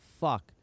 fuck